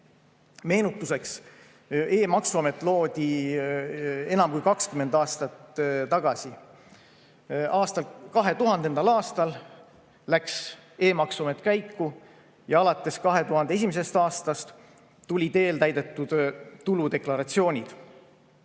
Meenutuseks, e‑maksuamet loodi enam kui 20 aastat tagasi. 2000. aastal läks e‑maksuamet käiku ja alates 2001. aastast tulid eeltäidetud tuludeklaratsioonid.